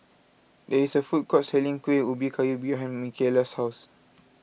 there is a food court selling Kuih Ubi Kayu behind Mikaela's house